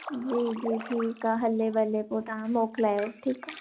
जी जी ठीकु आहे हले भले पोइ तव्हां मोकिलायो ठीकु आहे